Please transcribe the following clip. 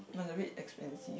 but it's a bit expensive